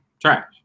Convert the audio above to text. trash